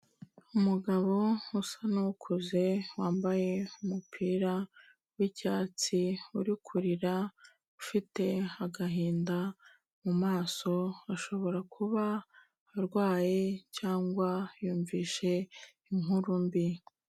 Umugabo usa n'ukuze, wambaye umupira w'icyatsi, uri kurira, ufite agahinda mu maso, ashobora kuba arwaye cyangwa yumvishe inkuru mbi.